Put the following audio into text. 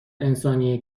انسانیه